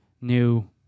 new